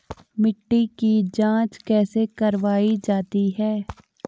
मिट्टी की जाँच कैसे करवायी जाती है?